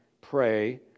pray